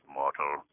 mortal